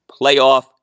playoff